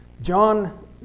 John